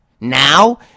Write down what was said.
Now